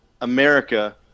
America